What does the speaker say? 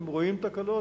אם רואים תקלות,